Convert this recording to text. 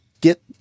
get